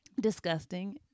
disgusting